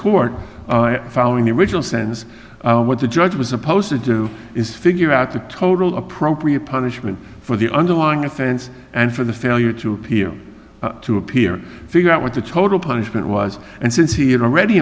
court following the original sense of what the judge was supposed to do is figure out the total appropriate punishment for the underlying offense and for the failure to appear to appear figure out what the total punishment was and since he had already